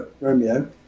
Romeo